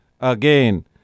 Again